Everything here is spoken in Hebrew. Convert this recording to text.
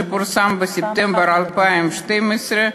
שפורסם בספטמבר 2012,